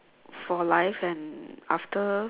for life and after